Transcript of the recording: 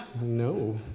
No